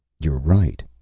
you're right,